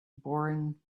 boring